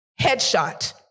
Headshot